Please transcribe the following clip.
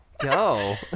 go